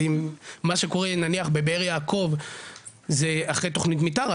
ומה שקורה נניח בבאר יעקב זה אחרי תוכנית מתאר,